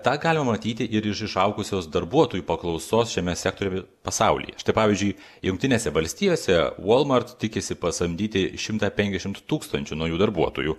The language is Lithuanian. tą galime matyti ir iš išaugusios darbuotojų paklausos šiame sektoriuje pasaulyje štai pavyzdžiui jungtinėse valstijose walmart tikisi pasamdyti šimtą penkiasdešimt tūkstančių naujų darbuotojų